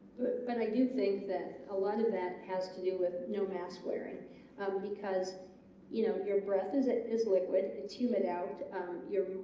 but i do think that a lot of that has to do with no mask wearing because you know your breath is it is liquid it's humid out your